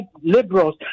liberals